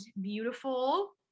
beautiful